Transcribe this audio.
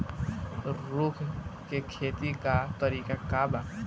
उख के खेती का तरीका का बा?